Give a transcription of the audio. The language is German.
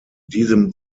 diesem